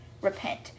repent